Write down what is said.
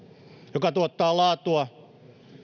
joka tuottaa laatua